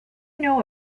know